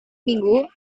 minggu